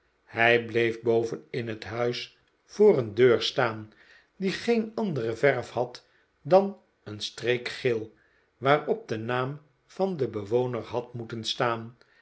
hij bleef boven in het huis voor een deur staan die geen andere verf had dan een streek geel waarop de naam van den bewoner had moeten staan